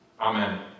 Amen